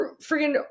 Freaking